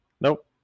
Nope